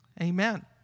Amen